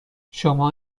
شما